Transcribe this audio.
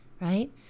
right